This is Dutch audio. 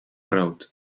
rood